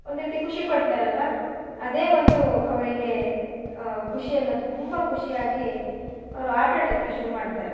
ಒಂದು ರೀತಿ ಖುಷಿ ಪಡ್ತಾರಲ್ವಾ ಅದೇ ಒಂದು ಅವರಿಗೇ ಖುಷಿಯನ್ನ ತುಂಬ ಖುಷಿಯಾಗಿ ಅವರು ಆಟ ಆಡಲಿಕ್ಕೆ ಶುರುಮಾಡ್ತಾರೆ